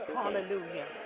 Hallelujah